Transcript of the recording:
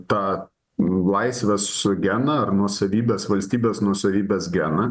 tą laisvės geną ar nuosavybės valstybės nuosavybės geną